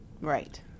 Right